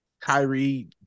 Kyrie